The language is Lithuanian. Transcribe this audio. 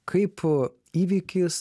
kaip įvykis